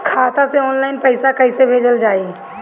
खाता से ऑनलाइन पैसा कईसे भेजल जाई?